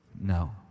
No